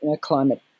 climate